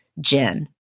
Jen